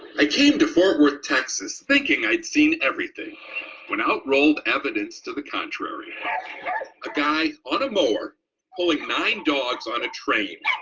i came to fort worth, texas thinking i'd seen everything when out rolled evidence to the contrary. a guy on a mower pulling nine dogs on a train,